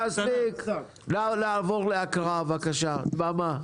מספיק, נעבור להקראה בבקשה, דממה.